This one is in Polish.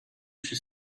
przy